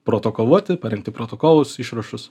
protokoluoti parengti protokolus išrašus